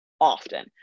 often